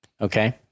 Okay